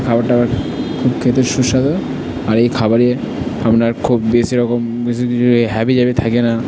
এই খাবারটা আমার খুব খেতে সুস্বাদু আর এই খাবারে আপনার খুব বেশি রকম হাবি জাবি থাকে না